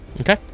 okay